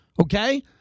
Okay